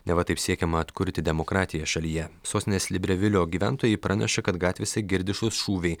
neva taip siekiama atkurti demokratiją šalyje sostinės librevilio gyventojai praneša kad gatvėse girdišuš šūviai